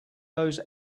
those